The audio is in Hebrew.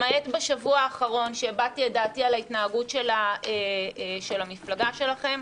למעט בשבוע האחרון שהבעתי את דעתי על ההתנהגות של המפלגה שלכם,